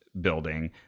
Building